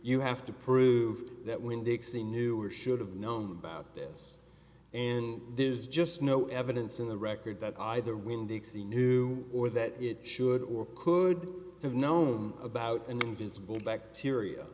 you have to prove that when dixie knew or should have known about this and there's just no evidence in the record that either when dixie knew or that it should or could have known about invisible bacteria